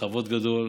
בכבוד גדול,